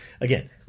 again